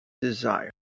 desire